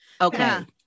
okay